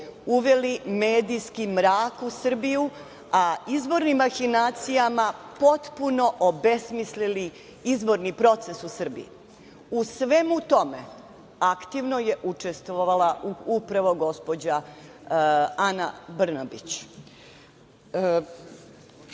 uveli medijski mrak u Srbiju, a izbornim mahinacijama potpuno obesmislili izborni proces u Srbiji. U svemu tome, aktivno je učestovala upravo gospođa Ana